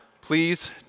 please